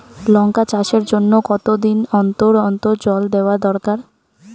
লঙ্কা চাষের জন্যে কতদিন অন্তর অন্তর জল দেওয়া দরকার?